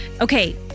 Okay